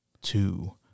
two